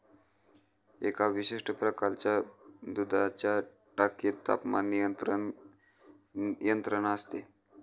एका विशिष्ट प्रकारच्या दुधाच्या टाकीत तापमान नियंत्रण यंत्रणा असते